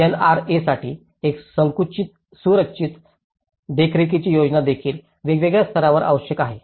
एनआरएसाठी एक सुसंरचित देखरेखीची योजना देखील वेगवेगळ्या स्तरावर आवश्यक आहे